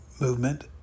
movement